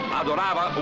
adorava